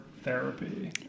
therapy